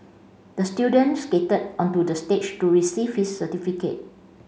the student skated onto the stage to receive his certificate